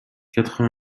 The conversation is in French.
quatre